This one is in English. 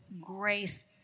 grace